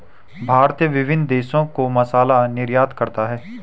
भारत विभिन्न देशों को मसाला निर्यात करता है